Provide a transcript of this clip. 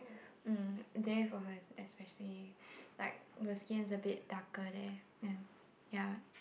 mm there for her especially like her skin is a bit darker there and ya